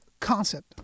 concept